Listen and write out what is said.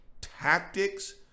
tactics